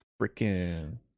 Freaking